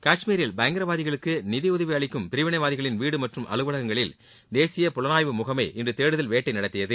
காஷ்மீரில் பயங்கரவாதிகளுக்கு நிதியுதவி அளிக்கும் பிரிவினைவாதிகளின் வீடு மற்றும் அலுவலகங்களில் தேசிய புலனாய்வு முகமை இன்று தேடுதல் வேட்டை நடத்தியது